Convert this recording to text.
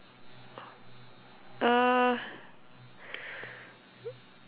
uh